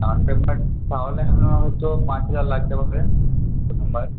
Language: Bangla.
তাহলে আপনার হয়তো পাঁচ হাজার লাগতে পারে প্রথমবার